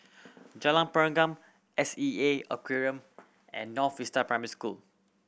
Jalan Pergam S E A Aquarium and North Vista Primary School